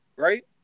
Right